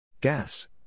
Gas